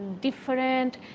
different